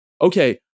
Okay